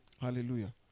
Hallelujah